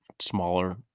smaller